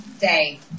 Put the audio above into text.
day